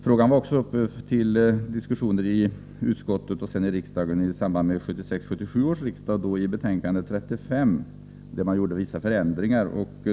Frågan var också uppe till diskussion i civilutskottet och sedan i kammaren under 1976/77 års riksdag. Den behandlades i betänkande 35, och man gjorde vissa förändringar.